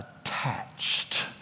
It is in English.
attached